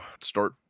start